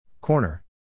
Corner